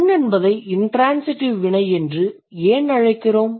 run என்பதை intransitive வினை என்று ஏன் அழைக்கிறோம்